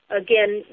again